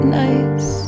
nice